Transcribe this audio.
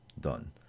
done